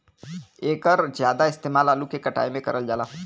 एकर जादा इस्तेमाल आलू के कटाई में करल जाला